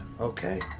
Okay